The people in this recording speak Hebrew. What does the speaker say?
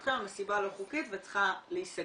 מבחינתכם המסיבה לא חוקית וצריכה להסגר.